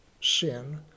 sin